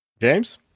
James